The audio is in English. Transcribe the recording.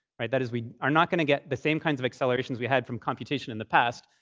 right? that is, we are not going to get the same kinds of accelerations we had from computation in the past.